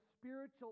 spiritual